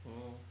!hannor!